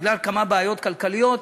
בגלל כמה בעיות כלכליות,